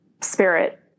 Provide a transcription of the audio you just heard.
spirit